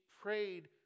prayed